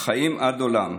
החיים עד העולם".